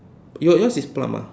your yours is plum ah